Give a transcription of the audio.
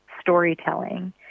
storytelling